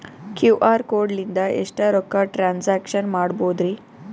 QR code ಲಿಂದ ಎಷ್ಟ ರೊಕ್ಕ ಟ್ರಾನ್ಸ್ಯಾಕ್ಷನ ಮಾಡ್ಬೋದ್ರಿ?